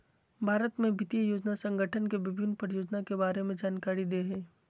भारत में वित्त योजना संगठन के विभिन्न परियोजना के बारे में जानकारी दे हइ